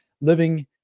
living